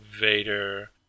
Vader